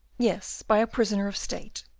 yes, by a prisoner of state.